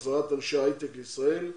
לחזרת אנשי הייטק לישראל,